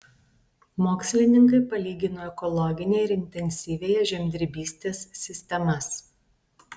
mokslininkai palygino ekologinę ir intensyviąją žemdirbystės sistemas